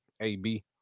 Ab